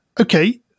Okay